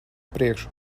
priekšu